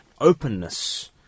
openness